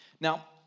Now